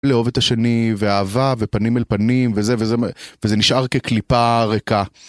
לאהוב את השני ואהבה ופנים אל פנים וזה וזה וזה נשאר כקליפה ריקה.